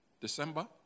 December